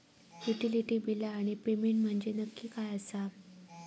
Utility बिला आणि payment म्हंजे नक्की काय आसा?